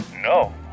no